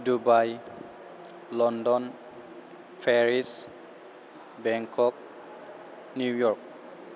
Dubai London Paris Bangkok New York